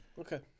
Okay